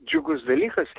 džiugus dalykas